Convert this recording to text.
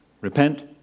Repent